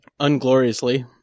Ungloriously